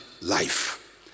life